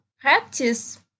practice